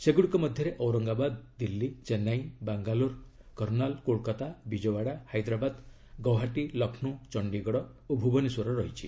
ସେଗୁଡ଼ିକ ମଧ୍ୟରେ ଔରଙ୍ଗାବାଦ୍ ଦିଲ୍ଲୀ ଚେନ୍ନାଇ ବାଙ୍ଗଲୋର କର୍ଣ୍ଣାଲ୍ କୋଲକାତା ବିଜୟଓ୍ୱାଡା ହାଇଦ୍ରାବାଦ୍ ଗୌହାଟୀ ଲକ୍ଷ୍ମୌ ଚଣ୍ଡିଗଡ଼ ଓ ଭୁବନେଶ୍ୱର ରହିଛି